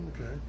Okay